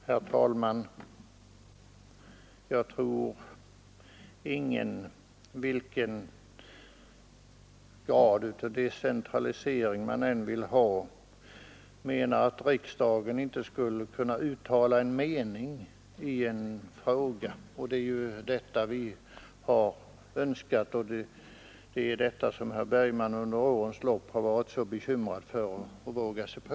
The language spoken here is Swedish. Herr talman! Jag tror ingen — vilken grad av decentralisering han än vill ha — menar att riksdagen inte skulle kunna uttala en mening i en fråga. Det är ju detta vi har önskat, och det är detta som herr Bergman under årens lopp varit så rädd för att våga sig på.